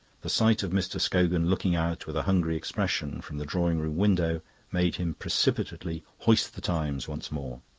the sight of mr. scogan looking out, with a hungry expression, from the drawing-room window made him precipitately hoist the times once more.